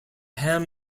ham